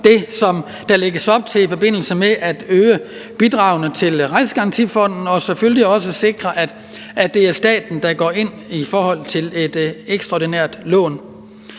som der lægges op til her, med at øge bidragene til Rejsegarantifonden og selvfølgelig også sikre, at det er staten, der går ind i forhold til et ekstraordinært lån.